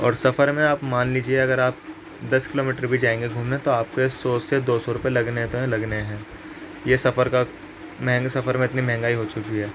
اور سفر میں آپ مان لیجیے اگر آپ دس کلو میٹر بھی جائیں گے گھومنے تو آپ کے یہ سو سے دو سو روپے لگنے تو ہیں لگنے ہیں یہ سفر کا مہنگے سفر میں اتنی مہنگائی ہو چکی ہے